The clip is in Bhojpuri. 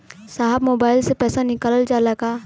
साहब मोबाइल से पैसा निकल जाला का?